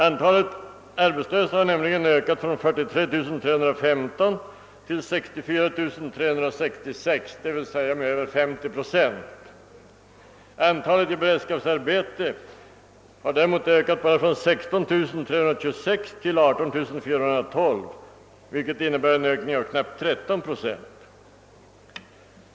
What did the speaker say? Antalet arbetslösa har nämligen stigit från 43 315 till 64 366, d.v.s. med nära 50 procent, medan antalet personer i beredskapsarbete bara har ökat från 16 386 till 18 417, vilket innebär en ökning med knappt 13 procent.